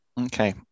Okay